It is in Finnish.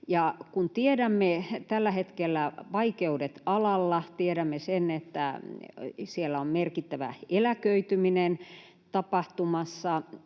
tällä hetkellä vaikeudet alalla, tiedämme sen, että siellä on merkittävä eläköityminen tapahtumassa